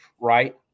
right